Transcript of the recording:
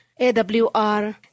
AWR